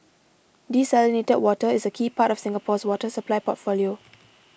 desalinated water is a key part of Singapore's water supply portfolio